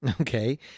Okay